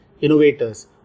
innovators